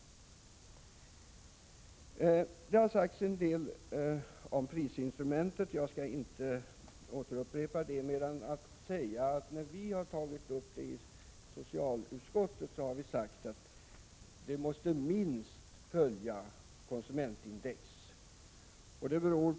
Det har sagts en del om prisinstrumentet. Jag skall inte upprepa argumenten. Jag vill dock framhålla att vi i socialutskottet, när vi har tagit upp den här frågan, har sagt att minst konsumentindex måste följas.